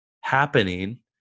happening